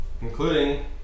including